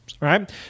right